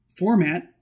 format